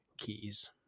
keys